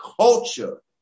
culture